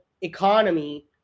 economy